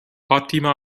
fatima